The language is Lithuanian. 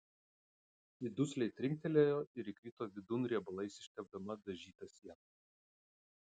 ji dusliai trinktelėjo ir įkrito vidun riebalais ištepdama dažytą sieną